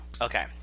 Okay